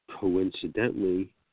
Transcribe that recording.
coincidentally